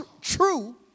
true